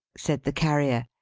said the carrier,